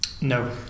No